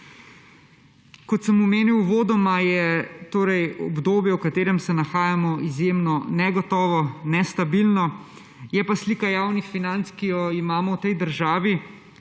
Kot sem omenil uvodoma, je obdobje, v katerem se nahajamo, izjemno negotovo, nestabilno. Je pa slika javnih financ, ki jo imamo v tej državi